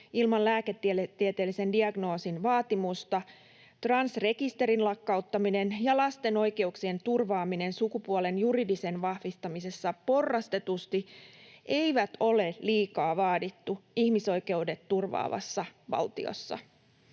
ilman lääketieteellisen diagnoosin vaatimusta, transrekisterin lakkauttaminen ja lasten oikeuksien turvaaminen juridisen sukupuolen vahvistamisessa porrastetusti eivät ole liikaa vaadittuja ihmisoikeudet turvaavassa valtiossa.